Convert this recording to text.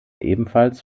ebenfalls